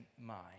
mind